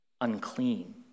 Unclean